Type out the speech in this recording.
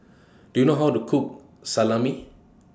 Do YOU know How to Cook Salami